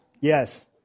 Yes